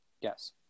Yes